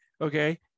okay